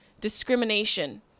discrimination